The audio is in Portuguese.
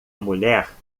mulher